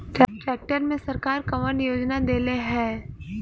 Tractor मे सरकार कवन योजना देले हैं?